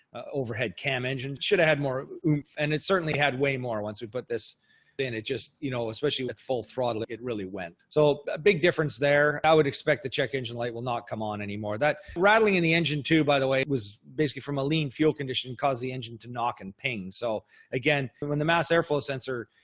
overhead cam engine. should have had more oomph. and it certainly had way more once we put this in. it just you know, especially at full throttle, it really went. so a big difference there. i would expect the check engine light will not come on anymore. that rattling in the engine too, by the way, was basically from a lean fuel condition, caused the engine to knock and ping. so again, when the mass airflow sensor,